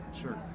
sure